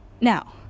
Now